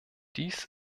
dies